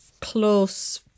close